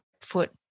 foot